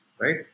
right